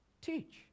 Teach